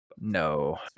No